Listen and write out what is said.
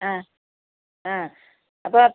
ആ ആ അപ്പോൾ